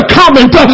comment